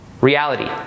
reality